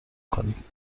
کنید